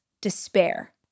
despair